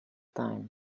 time